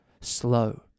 Slow